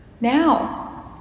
now